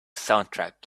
soundtrack